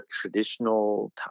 traditional